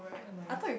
ya my